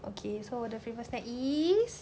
okay so 我的 favourite snack is